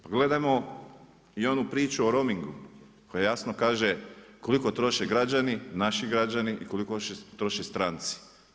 Pogledajmo i onu priču o romingu, koji jasno kaže koliko troše građani, naši građani i koliko troše stranci.